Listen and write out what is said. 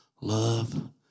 love